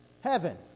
Heaven